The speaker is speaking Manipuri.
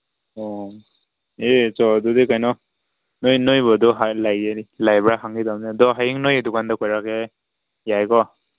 ꯑꯣ ꯑꯦ ꯆꯣ ꯑꯗꯨꯗꯤ ꯀꯩꯅꯣ ꯅꯣꯏꯕꯨ ꯑꯗꯨ ꯂꯩꯕ꯭ꯔꯥ ꯍꯪꯒꯦ ꯇꯧꯅꯤ ꯑꯗꯨ ꯍꯌꯦꯡ ꯅꯣꯏ ꯗꯨꯀꯥꯟꯗ ꯀꯣꯏꯔꯛꯀꯦ ꯌꯥꯏꯀꯣ